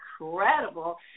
incredible